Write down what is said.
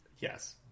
Yes